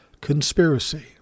conspiracy